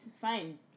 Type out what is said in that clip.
fine